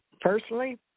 personally